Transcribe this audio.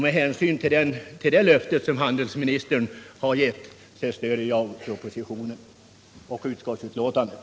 Med hänsyn till det löfte som handelsministern har gett stöder jag propositionen och majoritetens hemställan i utskottsbetänkandet.